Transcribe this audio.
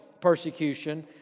persecution